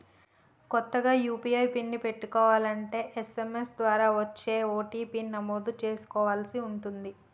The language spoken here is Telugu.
కొత్తగా యూ.పీ.ఐ పిన్ పెట్టుకోలంటే ఎస్.ఎం.ఎస్ ద్వారా వచ్చే ఓ.టీ.పీ ని నమోదు చేసుకోవలసి ఉంటుంది